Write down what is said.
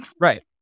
Right